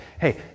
hey